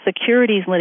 securities